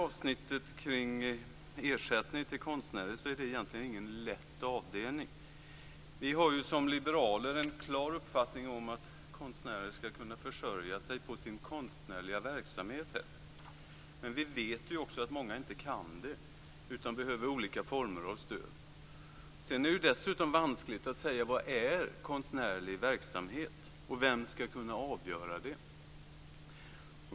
Avsnittet om ersättning till konstnärer är egentligen ingen lätt avdelning. Som liberaler har vi en klar uppfattning om att konstnärer helst skall kunna försörja sig på sin konstnärliga verksamhet. Men vi vet också att många inte kan göra det, utan att det behövs olika former av stöd. Sedan är det vanskligt att uttala sig om vad som är konstnärlig verksamhet. Vem skall kunna avgöra det?